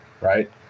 right